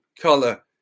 color